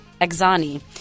Exani